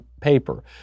paper